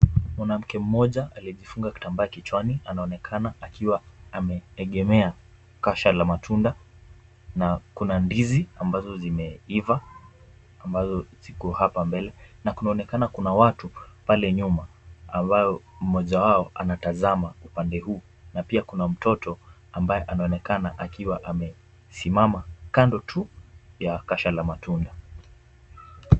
Mwanamke mmoja aliyejifunga kitambaa kichwani anaonekana akiwa ameegemea kasha la matunda. Na kuna ndizi ambazo zimeiva ambazo ziko hapa mbele, na kunaonekana kuna watu pale nyuma, ambayo mmoja wao anatazama upande huu, na pia kuna mtoto ambaye anaonekana akiwa amesimama kando tu, ya kasha la matunda.